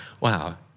Wow